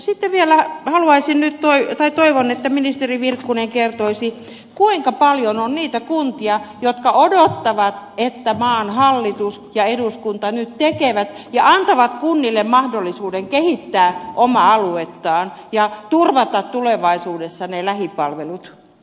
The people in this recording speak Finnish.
sitten vielä toivon että ministeri virkkunen kertoisi kuinka paljon on niitä kuntia jotka odottavat että maan hallitus ja eduskunta nyt tekevät ja antavat kunnille mahdollisuuden kehittää omaa aluettaan ja turvata tulevaisuudessa ne lähipalvelut